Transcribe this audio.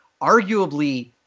arguably